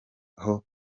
aho